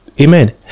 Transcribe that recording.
amen